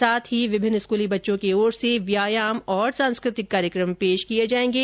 साथ ही विभिन्न स्कूली बच्चों की ओर से व्यायाम और सांस्कृतिक कार्यक्रम पेश किए जाएंगे